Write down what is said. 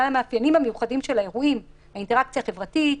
המאפיינים המיוחדים של האירועים: האינטראקציה החברתית,